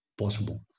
possible